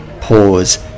pause